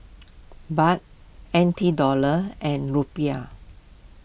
Baht N T Dollars and Rupiah